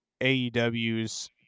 AEW's